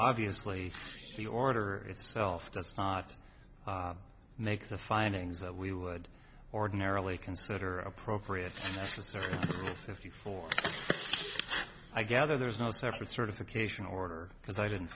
obviously the order itself does not make the findings that we would ordinarily consider appropriate if you for i gather there's no separate certification order because i didn't